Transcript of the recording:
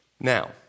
Now